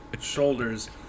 shoulders